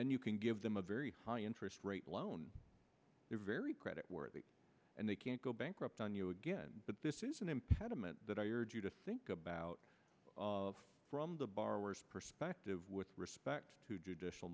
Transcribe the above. then you can give them a very high interest rate loan they're very credit worthy and they can't go bankrupt on you again but this is an impediment that i urge you to think about of from the borrowers perspective with respect to judicial